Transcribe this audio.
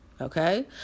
okay